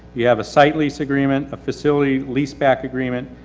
you have a site lease agreement, a facility lease back agreement.